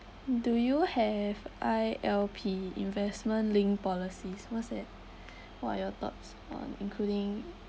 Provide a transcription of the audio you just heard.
do you have I_L_P investment linked policies what's that what are your thoughts on including